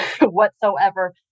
whatsoever